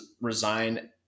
resign